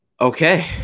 Okay